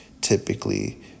typically